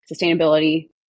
Sustainability